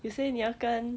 you say 你要跟